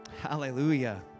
Hallelujah